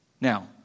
Now